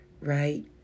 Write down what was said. right